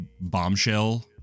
bombshell